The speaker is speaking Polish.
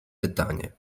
pytanie